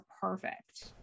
perfect